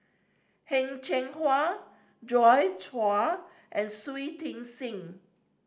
Heng Cheng Hwa Joi Chua and Shui Tit Sing